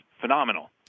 phenomenal